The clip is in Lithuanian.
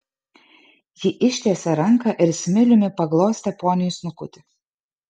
ji ištiesė ranką ir smiliumi paglostė poniui snukutį